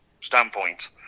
standpoint